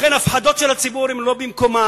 לכן ההפחדות של הציבור אינן במקומן,